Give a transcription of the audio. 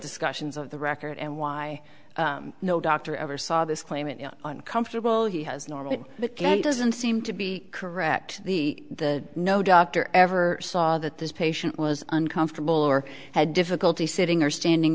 discussions of the record and why no doctor ever saw this claimant uncomfortable he has normal it doesn't seem to be correct the the no doctor ever saw that this patient was uncomfortable or had difficulty sitting or standing